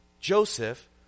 Joseph